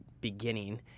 beginning